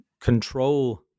control